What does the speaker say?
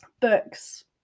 books